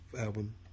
album